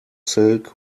silk